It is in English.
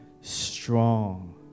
strong